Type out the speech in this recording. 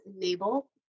enable